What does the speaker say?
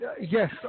yes